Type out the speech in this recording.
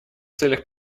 целях